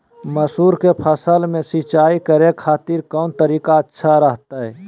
मसूर के फसल में सिंचाई करे खातिर कौन तरीका अच्छा रहतय?